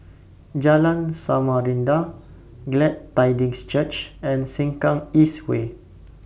Jalan Samarinda Glad Tidings Church and Sengkang East Way